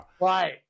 Right